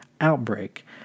outbreak